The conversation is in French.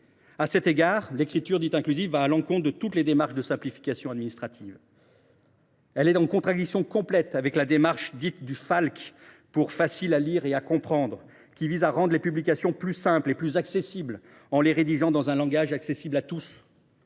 À cet égard, l’écriture dite inclusive va à l’encontre de toutes les démarches de simplification administrative. Elle est en contradiction complète avec la démarche dite du Falc, le français facile à lire et à comprendre, méthode qui vise à rendre les publications plus simples et plus accessibles en les rédigeant dans un langage compréhensible par tous.